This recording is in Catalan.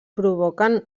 provoquen